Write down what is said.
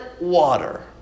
water